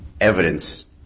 evidence